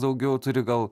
daugiau turi gal